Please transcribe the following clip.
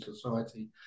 society